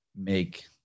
make